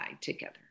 together